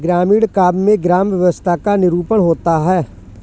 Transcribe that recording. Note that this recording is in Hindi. ग्रामीण काव्य में ग्राम्य व्यवस्था का निरूपण होता है